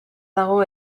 dago